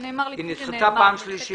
היא נדחתה פעם שלישית.